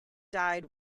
died